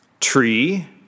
tree